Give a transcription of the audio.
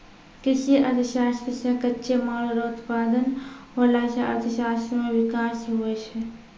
कृषि अर्थशास्त्र से कच्चे माल रो उत्पादन होला से अर्थशास्त्र मे विकास हुवै छै